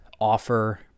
offer